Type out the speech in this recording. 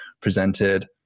presented